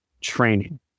training